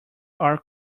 are